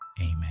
Amen